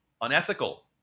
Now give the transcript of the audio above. unethical